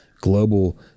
global